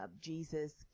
Jesus